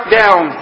down